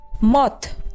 Moth